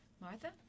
Martha